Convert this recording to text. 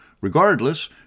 regardless